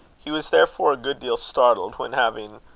he was therefore a good deal startled when, having,